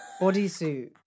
bodysuit